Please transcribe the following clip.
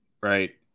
right